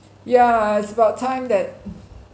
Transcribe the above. yeah it's about time that